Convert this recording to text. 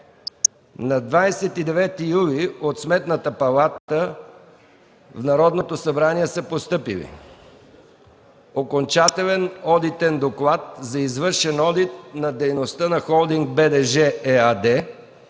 На 29 юли от Сметната палата в Народното събрание са постъпили: - Окончателен одитен Доклад за извършен одит на дейността на „Холдинг БДЖ” ЕАД,